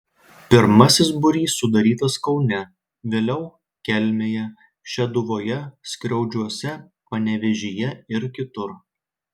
pirmasis būrys sudarytas kaune vėliau kelmėje šeduvoje skriaudžiuose panevėžyje ir kitur